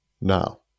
now